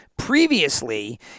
previously